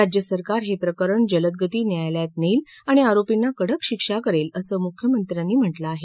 राज्यसरकार हे प्रकरण जलदगती न्यायालयात नेईल आणि आरोर्पींना कडक शिक्षा करेल असं मुख्यमंत्र्यांनी म्हटलं आहे